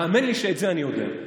האמן לי שאת זה אני יודע.